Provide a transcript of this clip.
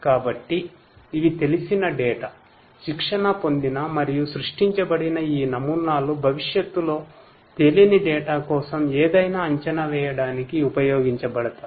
కాబట్టి ఇవి తెలిసిన డేటా అంచనాల కోసం ఉపయోగించబడుతుంది